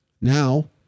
Now